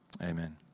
amen